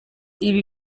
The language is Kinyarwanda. ibi